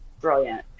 brilliant